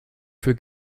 für